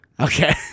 Okay